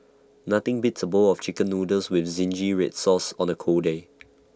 nothing beats A bowl of Chicken Noodles with Zingy Red Sauce on A cold day